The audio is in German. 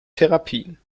therapien